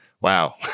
Wow